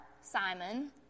Simon